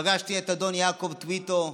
פגשתי את אדון יעקב טויטו,